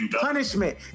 punishment